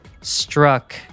struck